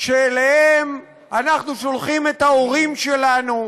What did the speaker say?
שאליהם אנחנו שולחים את ההורים שלנו,